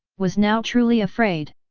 was now truly afraid.